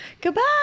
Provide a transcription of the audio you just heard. goodbye